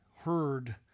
heard